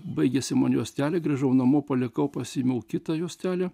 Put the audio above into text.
baigėsi man juostelė grįžau namo palikau pasiėmiau kitą juostelę